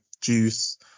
juice